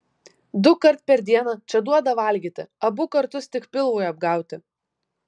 dukart per dieną čia duoda valgyti abu kartus tik pilvui apgauti